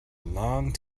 long